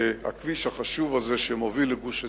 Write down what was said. הכביש החשוב הזה שמוביל לכביש עציון.